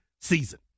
season